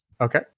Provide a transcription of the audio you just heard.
Okay